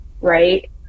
right